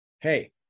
hey